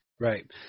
Right